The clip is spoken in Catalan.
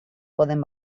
poden